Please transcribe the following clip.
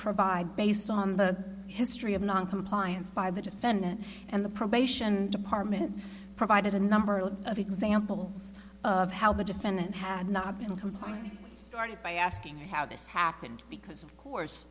provide based on the history of noncompliance by the defendant and the probation department provided a number of examples of how the defendant had not been complying started by asking how this happened because of course